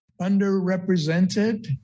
underrepresented